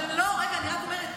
לא, רגע, אני רק אומרת.